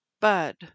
bud